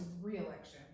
re-election